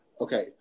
okay